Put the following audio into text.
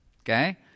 Okay